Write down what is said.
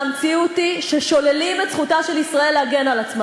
והמציאות היא ששוללים את זכותה של ישראל להגן על עצמה.